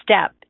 step